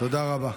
תודה רבה.